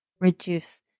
reduce